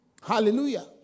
Hallelujah